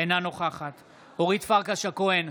אינה נוכחת אורית פרקש הכהן,